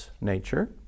nature